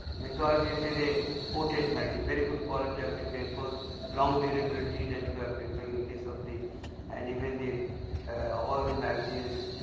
because you see the coated magazine, very good quality of the paper long durability that we are preparing in case of the and even the all the magazines.